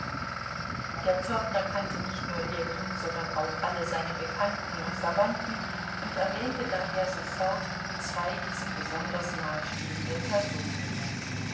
der pförtner kannte nicht nur ljewin sondern auch alle seine bekannten und verwandten und erwähnte daher sofort zwei diesem besonders nahestehende personen